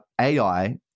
AI